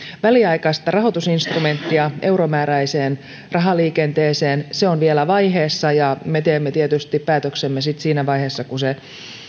väliaikaista rahoitusinstrumenttia euromääräiseen rahaliikenteeseen se on vielä vaiheessa ja me teemme tietysti päätöksemme sitten siinä vaiheessa kun